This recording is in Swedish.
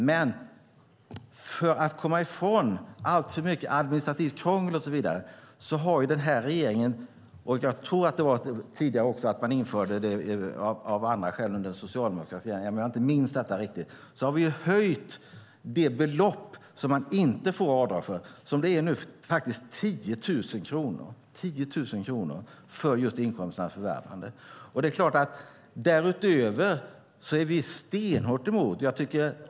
Men för att komma ifrån alltför mycket administrativt krångel och så vidare har den här regeringen, och jag tror även tidigare regeringar har gjort det av andra skäl, höjt det belopp som man inte får göra avdrag för. Det är nu 10 000 kronor. Därutöver är vi stenhårt emot fusk.